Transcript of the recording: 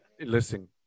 listen